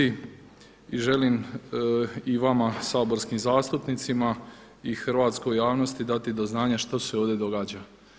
I želim i vama saborskim zastupnicima i hrvatskoj javnosti dati do znanja što se ovdje događa.